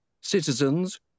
Citizens